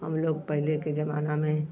हम लोग पहले के ज़माने में